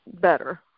better